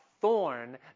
thorn